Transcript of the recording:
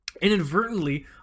Inadvertently